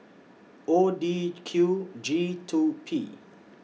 O D Q G two P